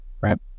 Right